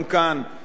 גם הוא חסין.